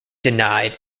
denied